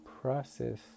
process